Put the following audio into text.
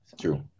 True